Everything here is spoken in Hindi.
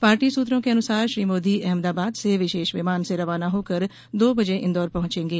पार्टी सुत्रों के अनुसार श्री मोदी अहमदाबाद से विशेष विमान से रवाना होकर दो बजे इंदौर पहुंचेंगे